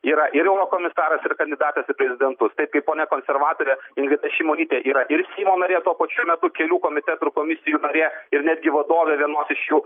yra ir eurokomisaras ir kandidatas į prezidentus taip kaip ponia konservatorė ingrida šimonytė yra ir seimo narė tuo pačiu metu kelių komitetų ir komisijų narė ir netgi vadovė vienos iš jų